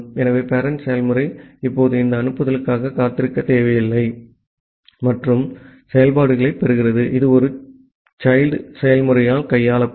ஆகவே பேரெண்ட் செயல்முறை இப்போது இந்த அனுப்புதலுக்காக காத்திருக்க தேவையில்லை மற்றும் செயல்பாடுகளைப் பெறுகிறது இது ஒரு child செயல்முறையால் கையாளப்படும்